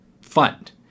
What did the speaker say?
fund